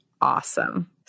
awesome